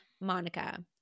Monica